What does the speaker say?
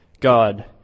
God